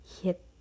hit